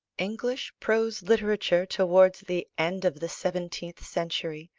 english prose literature towards the end of the seventeenth century,